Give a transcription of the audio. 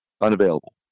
unavailable